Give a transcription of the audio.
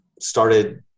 started